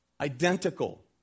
identical